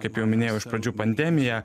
kaip jau minėjau iš pradžių pandemija